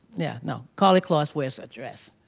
yeah, no karlie kloss wears a dress.